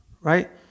right